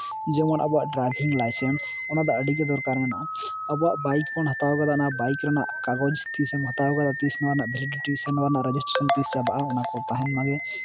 ᱡᱮᱢᱚᱱ ᱟᱵᱚᱣᱟᱜ driving licence ᱚᱱᱟ ᱫᱚ ᱟᱹᱰᱤ ᱜᱮ ᱫᱚᱨᱠᱟᱨ ᱢᱮᱱᱟᱜᱼᱟ ᱟᱵᱚᱣᱟᱜ ᱵᱟᱭᱤᱠ ᱵᱚᱱ ᱦᱟᱛᱟᱣ ᱠᱟᱫᱟ ᱚᱱᱟ ᱵᱟᱭᱤᱠ ᱨᱮᱱᱟᱜ ᱠᱟᱜᱚᱡᱽ ᱛᱤᱥᱮᱢ ᱦᱟᱛᱟᱣ ᱠᱟᱫᱟ ᱛᱤᱥ ᱱᱚᱣᱟ ᱨᱮᱱᱟᱜ ᱵᱷᱮᱞᱤᱰᱤᱴᱤ ᱥᱮ ᱱᱚᱣᱟ ᱨᱮᱱᱟᱜ ᱨᱮᱡᱤᱥᱴᱨᱮᱥᱚᱱ ᱛᱤᱥ ᱪᱟᱵᱟᱜᱼᱟ ᱚᱱᱟ ᱠᱚ ᱛᱟᱦᱮᱱ ᱢᱟᱜᱮ